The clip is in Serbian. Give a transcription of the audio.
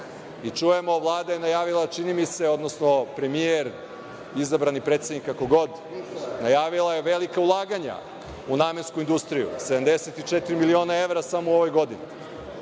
i čujemo da je Vlada najavila, premijer, izabrani predsednik, kako god, najavila je velika ulaganja u namensku industriju – 74 miliona evra samo u ovoj godini.